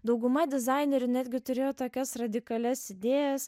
dauguma dizainerių netgi turėjo tokias radikalias idėjas